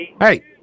Hey